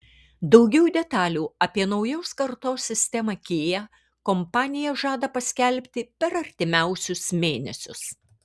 daugiau detalių apie naujos kartos sistemą kia kompanija žada paskelbti per artimiausius mėnesius